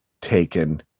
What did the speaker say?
taken